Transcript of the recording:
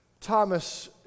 Thomas